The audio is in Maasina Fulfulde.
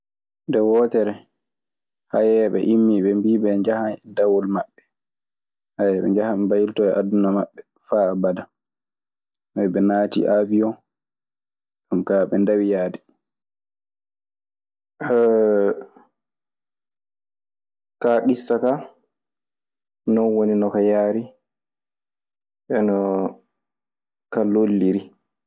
Nde wootere, hayeeɓe immii, ɓe mbii ɓe njahan e dawol maɓɓe. Ɓe njahan ɓe mbaylitoya aduna maɓɓe faa abada. Ɓe naatii aawion. Ɗun kaa ɓe ndawi yahde. kaa issa ka, non woni no ka yaari, e no ka lolliri.